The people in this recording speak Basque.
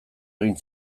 egin